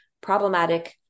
problematic